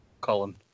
Colin